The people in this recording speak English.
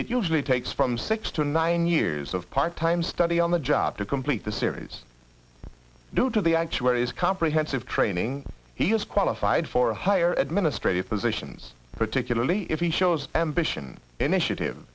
it usually takes from six to nine years of part time study on the job to complete the series due to the actuary is comprehensive training he is qualified for higher administrative positions particularly if he shows ambition initiative